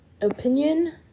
Opinion